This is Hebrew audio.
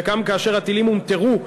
וגם כאשר הטילים הומטרו,